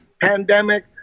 pandemic